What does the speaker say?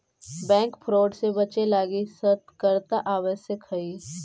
bank fraud से बचे लगी सतर्कता अत्यावश्यक हइ